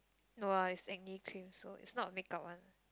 no lah is acne cream so it's not makeup one